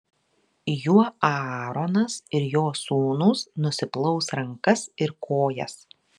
juo aaronas ir jo sūnūs nusiplaus rankas ir kojas